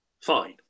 fine